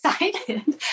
excited